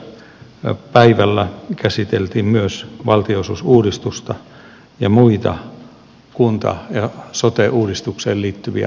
tässä yhteydessä päivällä käsiteltiin myös valtionosuusuudistusta ja muita kunta ja sote uudistukseen liittyviä asioita